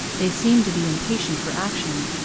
they seem to be impatient for action.